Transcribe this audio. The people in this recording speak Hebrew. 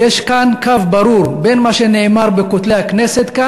ויש כאן קו ברור בין מה שנאמר בין כותלי הכנסת,